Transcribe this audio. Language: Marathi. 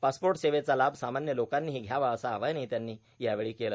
पासपोर्ट सेवेचा लाभ सामान्य लोकांनीही घ्यावा असं आवाहनही त्यांनी यावेळी केलं